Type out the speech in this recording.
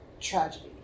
tragedy